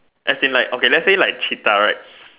as in like okay let's say like cheetah right